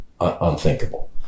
unthinkable